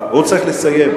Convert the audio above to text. הוא צריך לסיים.